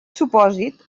supòsit